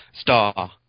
star